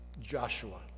Joshua